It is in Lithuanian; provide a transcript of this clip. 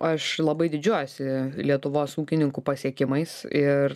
aš labai didžiuojuosi lietuvos ūkininkų pasiekimais ir